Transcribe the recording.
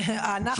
אנחנו